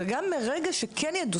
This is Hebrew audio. וגם מהרגע שכן ידעו,